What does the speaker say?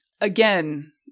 again